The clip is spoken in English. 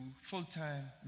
full-time